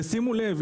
ושימו לב,